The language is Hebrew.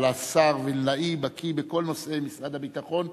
אבל השר וילנאי בקי בכל נושאי משרד הביטחון,